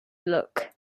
look